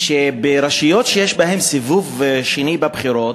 ברשויות שיש בהן סיבוב שני בבחירות,